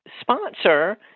sponsor